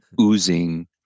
oozing